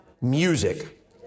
Music